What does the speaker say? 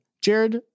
Jared